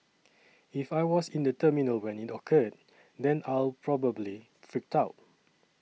if I was in the terminal when it occurred then I'll probably freak out